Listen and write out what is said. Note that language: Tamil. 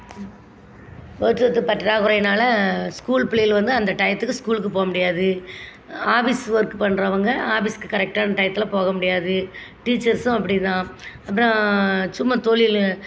போக்குவரத்து பற்றாக்குறையினால் ஸ்கூல் பிள்ளைகள் வந்து அந்த டையத்துக்கு ஸ்கூலுக்கு போக முடியாது ஆஃபீஸ் ஒர்க்கு பண்ணுறவங்க ஆஃபீஸ்க்கு கரெக்டான டையத்தில் போக முடியாது டீச்சர்ஸ்ஸும் அப்படி தான் அப்புறம் சும்மா தொழிலு